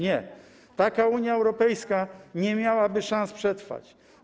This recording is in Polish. Nie, taka Unia Europejska nie miałaby szans przetrwać.